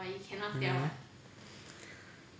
mmhmm